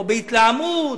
לא בהתלהמות.